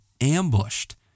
ambushed